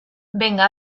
venga